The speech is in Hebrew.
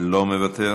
לא מוותר.